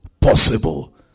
Possible